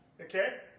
Okay